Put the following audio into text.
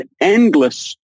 endless